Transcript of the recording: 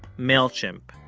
mailchimp?